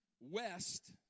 west